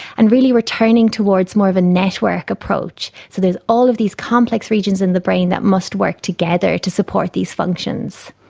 and really we are turning towards more of a network approach. so there's all of these complex regions in the brain that must work together to support these functions.